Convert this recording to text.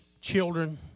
children